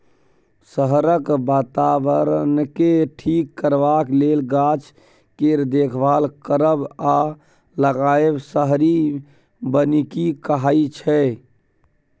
शहरक बाताबरणकेँ ठीक करबाक लेल गाछ केर देखभाल करब आ लगाएब शहरी बनिकी कहाइ छै